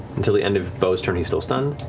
until the end of beau's turn, he's still stunned.